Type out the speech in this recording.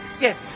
Yes